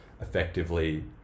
effectively